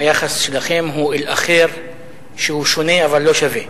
היחס אליכם הוא אל אחר שהוא שונה אבל לא שווה.